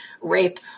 rape